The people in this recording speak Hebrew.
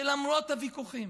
שלמרות הוויכוחים,